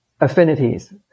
affinities